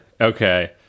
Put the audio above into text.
Okay